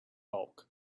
bulk